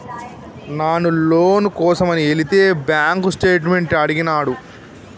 నాను లోను కోసమని ఎలితే బాంక్ స్టేట్మెంట్ అడిగినాడు